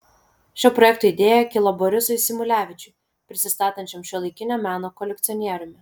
šio projekto idėja kilo borisui symulevičiui prisistatančiam šiuolaikinio meno kolekcionieriumi